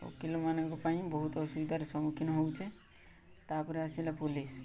ଓକିଲମାନଙ୍କ ପାଇଁ ବହୁତ ଅସୁବିଧାର ସମ୍ମୁଖୀନ ହଉଛେ ତା'ପରେ ଆସିଲା ପୋଲିସ